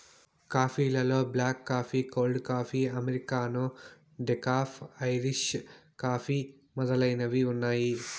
coffee లలో black coffee, cold coffee, americano, decaf, Irish coffee మొదలైనవి ఉన్నాయి